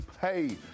pay